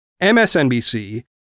MSNBC